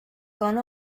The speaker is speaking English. gone